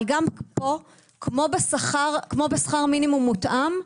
אבל גם פה, כמו בשכר מינימום מותאם,